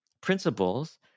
principles